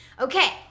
Okay